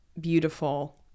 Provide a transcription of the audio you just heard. beautiful